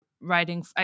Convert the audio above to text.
writing